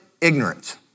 ignorance